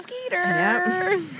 Skeeter